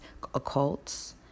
occults